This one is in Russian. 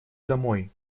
домой